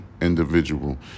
individual